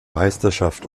meisterschaft